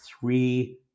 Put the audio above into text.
three